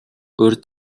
урьд